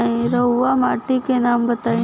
रहुआ माटी के नाम बताई?